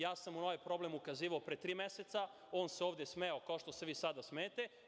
Ja sam na ovaj problem ukazivao pre tri meseca, on se ovde smejao kao što se vi sada smejete.